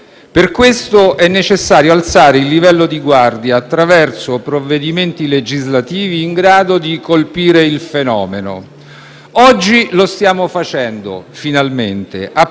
Per questo, è necessario alzare il livello di guardia attraverso provvedimenti legislativi in grado di colpire il fenomeno. Oggi lo stiamo facendo, finalmente,